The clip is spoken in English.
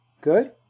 good